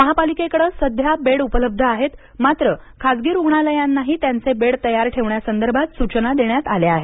महापालिकेकडे सध्या बेड उपलब्ध आहेत मात्र खासगी रुग्णालयांनाही त्यांचे बेड तयार ठेवण्यासंदर्भात सूचना देण्यात आल्या आहेत